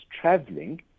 traveling